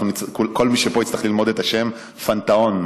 כל מי שפה יצטרך ללמוד את השם: פנתהון,